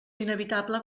inevitable